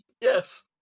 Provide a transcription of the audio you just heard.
Yes